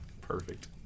Perfect